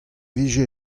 vije